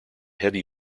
heavy